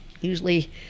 usually